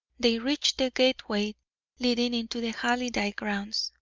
they reached the gateway leading into the halliday grounds.